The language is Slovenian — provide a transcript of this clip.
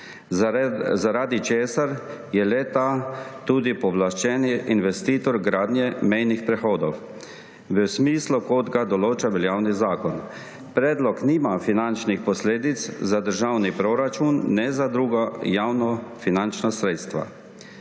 zaradi česar je le-to tudi pooblaščeni investitor gradnje mejnih prehodov v smislu, kot ga določa veljavni zakon. Predlog nima finančnih posledic za državni proračun ne za druga javnofinančna sredstva.